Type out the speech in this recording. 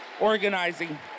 organizing